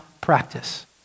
practice